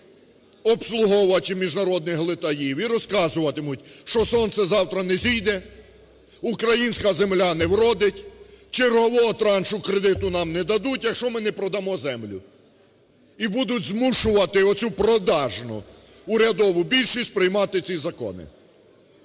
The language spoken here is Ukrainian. обслуговувачі міжнародних глитаїв і розказуватимуть, що сонце завтра не зійде, українська земля не вродить, чергового траншу кредиту нам не дадуть, якщо ми не продамо землю. І будуть змушувати оцю продажну урядову більшість приймати ці закони.